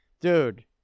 dude